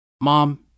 Mom